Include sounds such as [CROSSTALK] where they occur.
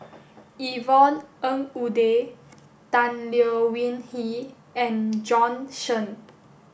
Yvonne Ng Uhde Tan Leo Wee Hin and [UNINTELLIGIBLE] Shen